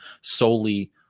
solely